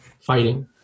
fighting